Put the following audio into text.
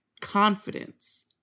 confidence